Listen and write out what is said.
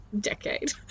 decade